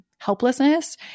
Helplessness